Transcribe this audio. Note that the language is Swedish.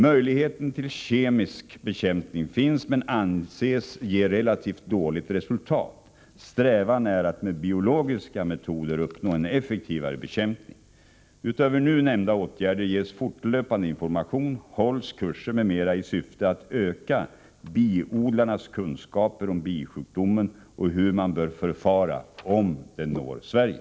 Möjligheten till kemisk bekämpning finns men anses ge relativt dåligt resultat. Strävan är att med biologiska metoder uppnå en effektivare bekämpning. Utöver nu nämnda åtgärder ges fortlöpande information, hålls kurser m.m. i syfte att öka biodlarnas kunskaper om bisjukdomen och hur man bör förfara om den når Sverige.